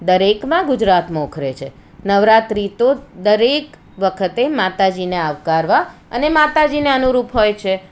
દરેકમાં ગુજરાત મોખરે છે નવરાત્રિ તો દરેક વખતે માતાજીને આવકારવા અને માતાજીને અનુરૂપ હોય છે